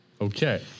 Okay